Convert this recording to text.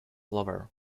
lover